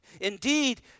Indeed